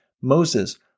Moses